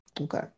Okay